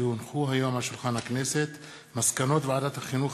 כי הונחו היום על שולחן הכנסת מסקנות ועדת החינוך,